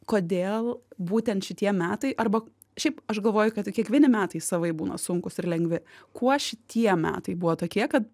kodėl būtent šitie metai arba šiaip aš galvoju kad kiekvieni metai savaip būna sunkūs ir lengvi kuo šitie metai buvo tokie kad